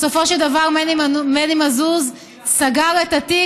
בסופו של דבר מני מזוז סגר את התיק,